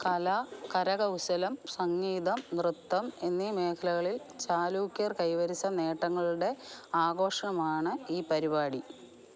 കല കരകൗശലം സംഗീതം നൃത്തം എന്നീ മേഖലകളിൽ ചാലൂക്യർ കൈവരിച്ച നേട്ടങ്ങളുടെ ആഘോഷമാണ് ഈ പരിപാടി